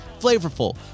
flavorful